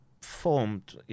formed